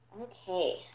Okay